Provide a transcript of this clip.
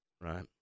Right